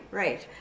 right